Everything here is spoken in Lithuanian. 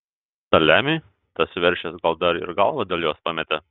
saliamiui tas veršis gal dar ir galvą dėl jos pametė